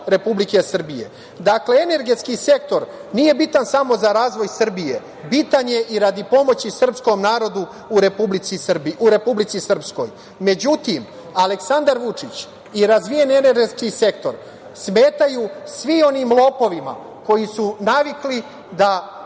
Republike Srbije. Dakle, energetski sektor nije bitan samo za razvoj Srbije, bitan je i za radi pomoći srpskom narodu u Republici Srpskoj.Međutim, Aleksandar Vučić i razvijeni energetski sektor smetaju svim onim lopovima koji su navikli da